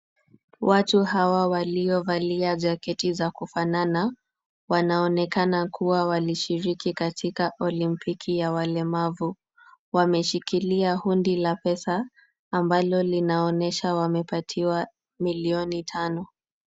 Watu hawa waliovalia jaketi za kufanana, wanaonekana kuwa walishiriki katika olimpiki ya walemavu. Wameshikilia hundi la pesa, ambalo linaonyesha wamepatiwa milioni tano.